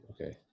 okay